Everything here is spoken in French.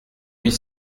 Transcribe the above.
huit